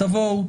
תבואו,